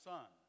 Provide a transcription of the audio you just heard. Son